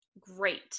Great